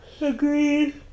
Agreed